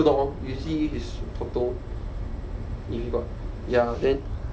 dog you see his photo if you got ya then